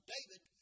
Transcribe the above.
David